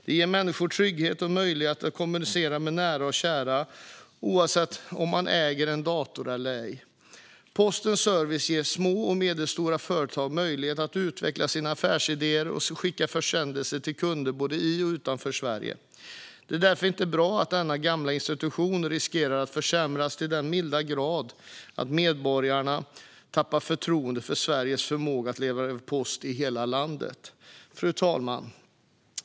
Den ger människor trygghet och möjlighet att kommunicera med nära och kära oavsett om man äger en dator eller ej. Postens service ger små och medelstora företag möjlighet att utveckla sina affärsidéer och skicka försändelser till kunder både i och utanför Sverige. Det är därför inte bra att denna gamla institution riskerar att försämras till den milda grad att medborgarna tappar förtroendet för Sveriges förmåga att leverera post i hela landet. Fru talman!